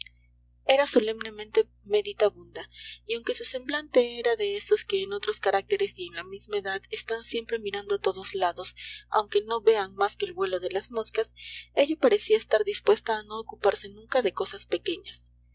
era solemnemente meditabunda y aunque su semblante era de esos que en otros caracteres y en la misma edad están siempre mirando a todos lados aunque no vean más que el vuelo de las moscas ella parecía estar dispuesta a no ocuparse nunca de cosas pequeñas